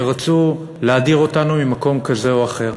שרצו להדיר אותנו ממקום כזה או אחר.